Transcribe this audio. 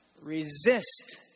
Resist